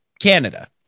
Canada